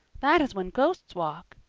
that is when ghosts walk.